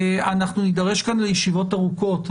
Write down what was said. אנחנו נידרש כאן לישיבות ארוכות.